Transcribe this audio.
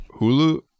hulu